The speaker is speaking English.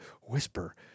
whisper